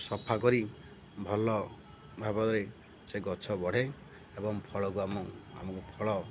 ସଫା କରି ଭଲ ଭାବରେ ସେ ଗଛ ବଢ଼େ ଏବଂ ଫଳକୁ ଆମ ଆମକୁ ଫଳ